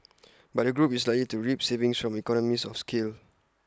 but the group is likely to reap savings from economies of scale